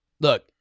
Look